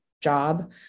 job